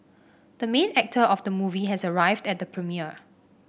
the main actor of the movie has arrived at the premiere